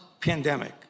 pandemic